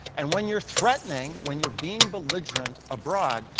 and when you're threatening, when you're being belligerent abroad,